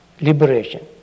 liberation